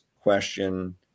question